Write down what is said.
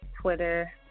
Twitter